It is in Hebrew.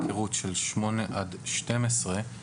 מרכז הצלילה חייב לכסות את זה בפוליסה שלו,